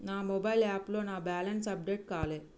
నా మొబైల్ యాప్లో నా బ్యాలెన్స్ అప్డేట్ కాలే